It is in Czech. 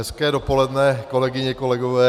Hezké dopoledne, kolegyně, kolegové.